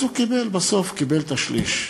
אז הוא בסוף קיבל את השליש.